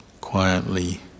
quietly